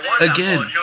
Again